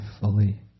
fully